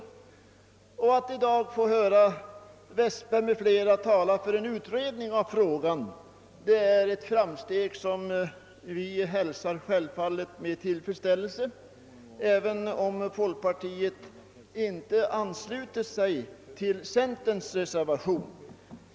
Det är ett framsteg när vi i dag får höra herr Westberg i Ljusdal m.fl. tala för en utredning av frågan, och vi hälsar självfallet detta med tillfredsställelse, även om folkpartiet inte anslutit sig till centerns reservation.